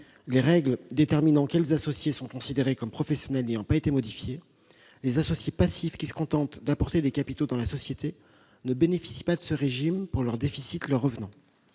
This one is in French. Les règles déterminant quels associés sont considérés comme professionnels n'ayant pas été modifiées, les associés passifs qui se contentent d'apporter des capitaux dans la société ne bénéficient pas de ce régime pour le déficit leur revenant.